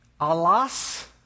Alas